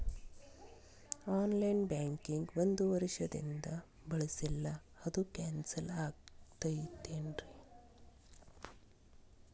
On line banking ಒಂದ್ ವರ್ಷದಿಂದ ಬಳಸಿಲ್ಲ ಅದು ಕ್ಯಾನ್ಸಲ್ ಆಗಿರ್ತದೇನ್ರಿ?